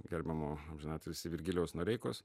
gerbiamo amžiną atilsį virgilijaus noreikos